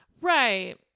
Right